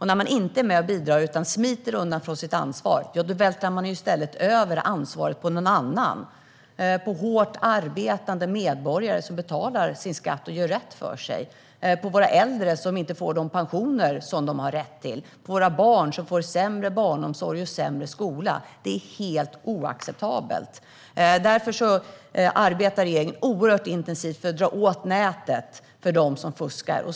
När man inte är med och bidrar utan smiter undan från sitt ansvar vältrar man i stället över ansvaret på någon annan: på hårt arbetande medborgare som betalar sin skatt och gör rätt för sig, på våra äldre som inte får de pensioner som de har rätt till och på våra barn som får sämre barnomsorg och sämre skola. Det är helt oacceptabelt. Därför arbetar regeringen oerhört intensivt för att dra åt nätet för dem som fuskar.